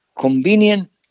convenient